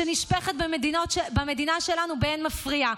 שנשפכת במדינה שלנו באין מפריע,